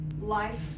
Life